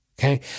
okay